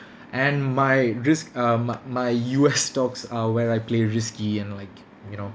and my risk uh my my U_S stocks are where I play risky and like you know